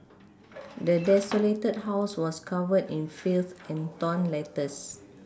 the desolated house was covered in filth and torn letters